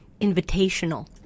invitational